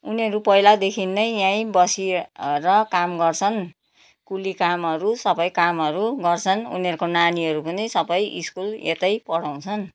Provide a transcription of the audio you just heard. उनीहरू पहिलादेखि नै यहीँ बसी र काम गर्छन् कुल्ली कामहरू सबै कामहरू गर्छन् उनीहरूको नानीहरू पनि सबै स्कुल यतै पढाउँछन्